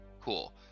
cool